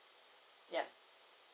yup